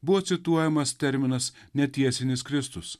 buvo cituojamas terminas netiesinis kristus